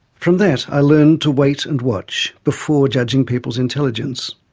from that, i learned to wait and watch, before judging people's intelligence,